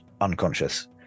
unconscious